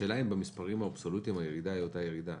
השאלה אם במספרים האבסולוטיים הירידה היא אותה ירידה.